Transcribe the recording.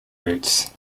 roots